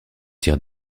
tirs